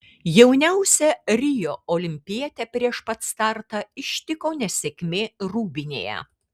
jauniausią rio olimpietę prieš pat startą ištiko nesėkmė rūbinėje